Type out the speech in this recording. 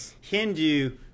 Hindu